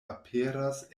aperas